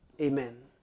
Amen